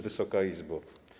Wysoka Izbo!